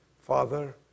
father